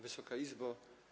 Wysoka Izbo!